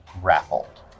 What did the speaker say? grappled